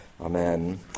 amen